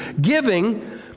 Giving